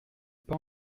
pas